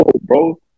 bro